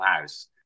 house